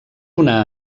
una